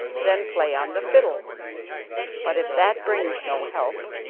then play on the fiddle but if that brings no help,